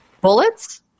Bullets